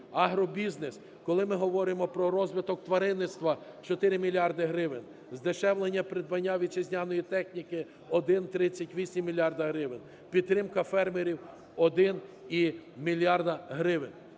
Агробізнес, коли ми говоримо про розвиток тваринництва, - 4 мільярди гривень. Здешевлення придбання вітчизняної техніки - 1,38 мільярда гривень. Підтримка фермерів - 1 мільярд гривен.